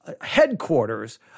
headquarters